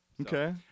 okay